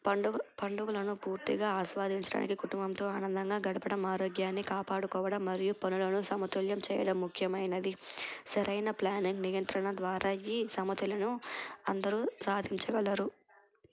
పండుగ పండుగలను పూర్తిగా ఆస్వాదించడానికి కుటుంబంతో ఆనందంగా గడపడం ఆరోగ్యాన్ని కాపాడుకోవడం మరియు పనులను సమతుల్యం చేయడం ముఖ్యమైనది సరైన ప్లానింగ్ నియంత్రణ ద్వారా ఈ సమతుల్యతను అందరూ సాధించగలరు